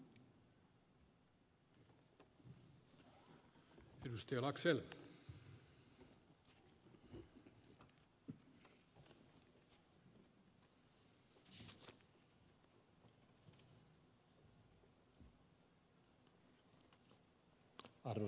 arvoisa herra puhemies